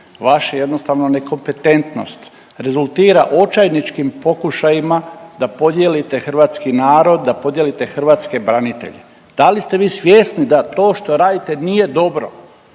vaša jednostavno nekompetentnost rezultira očajničkim pokušajima da podijelite hrvatski narod, da podijelite hrvatske branitelje. Da li ste vi svjesni da to što radite nije dobro,